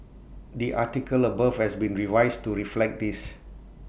the article above has been revised to reflect this